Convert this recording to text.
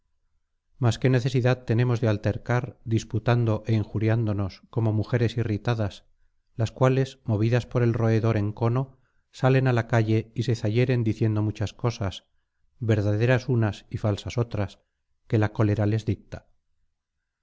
mas qué necesidad tenemos de altercar disputando é injuriándonos como mujeres irritadas las cuales movidas por el roedor encono salen á la calle y se zahieren diciendo muchas cosas verdaderas unas y falsas otras que la cólera les dicta